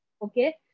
Okay